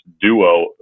duo